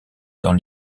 dans